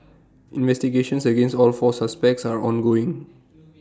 investigations against all four suspects are ongoing